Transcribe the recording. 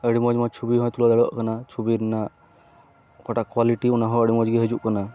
ᱟᱹᱰᱤ ᱢᱚᱡᱽᱼᱢᱚᱡᱽ ᱪᱷᱚᱵᱤᱦᱚᱸ ᱛᱩᱞᱟᱹᱣ ᱫᱟᱲᱮᱭᱟᱜ ᱠᱟᱱᱟ ᱪᱷᱚᱵᱤ ᱨᱮᱱᱟᱜ ᱚᱠᱟᱴᱟᱜ ᱠᱳᱭᱟᱞᱤᱴᱤ ᱚᱱᱟᱦᱚᱸ ᱟᱹᱰᱤ ᱢᱚᱸᱡᱽᱜᱮ ᱦᱤᱡᱩᱜ ᱠᱟᱱᱟ